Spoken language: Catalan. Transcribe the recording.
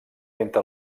entre